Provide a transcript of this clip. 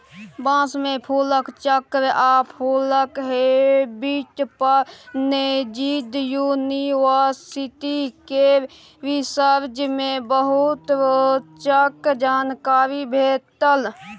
बाँस मे फुलक चक्र आ फुलक हैबिट पर नैजिंड युनिवर्सिटी केर रिसर्च मे बहुते रोचक जानकारी भेटल